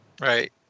Right